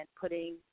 putting